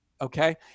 okay